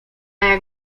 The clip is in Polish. jak